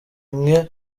imwe